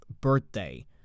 birthday